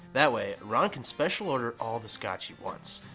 that way, ron can special order all the scotch he wants.